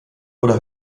oder